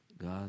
God